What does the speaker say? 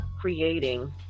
creating